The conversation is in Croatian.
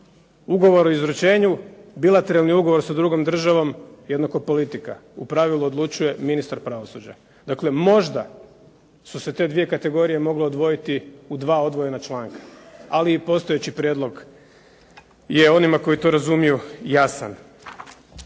ugovor o izručenju bilateralni ugovor sa drugom državom jednako politika u pravilu odlučuje ministar pravosuđa. Dakle možda su se te 2 kategorije mogle odvojiti u 2 odvojena članka, ali i postojeći prijedlog je onima koji to razumiju jasan.